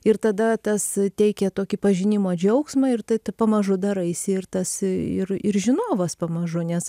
ir tada tas teikė tokį pažinimo džiaugsmą ir ta pamažu daraisi ir tas ir ir žinovas pamažu nes